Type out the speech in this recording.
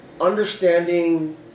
understanding